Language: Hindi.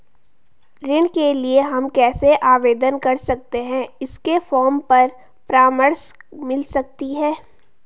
ऋण के लिए हम कैसे आवेदन कर सकते हैं इसके फॉर्म और परामर्श मिल सकती है?